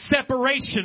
separation